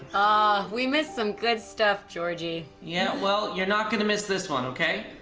ah, we missed some good stuff, georgie. yeah, well you're not going to miss this one, okay?